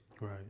Right